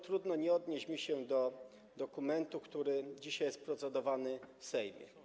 Trudno nie odnieść mi się do dokumentu, który dzisiaj jest procedowany w Sejmie.